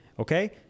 Okay